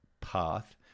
path